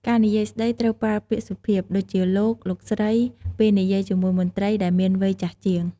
ការនិយាយស្ដី ត្រូវប្រើពាក្យសុភាព ដូចជា "លោក" "លោកស្រី" ពេលនិយាយជាមួយមន្រ្តីដែលមានវ័យចាស់ជាង។